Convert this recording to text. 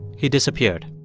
he disappeared